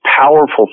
powerful